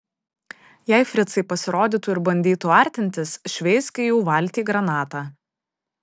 jei fricai pasirodytų ir bandytų artintis šveisk į jų valtį granatą